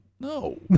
No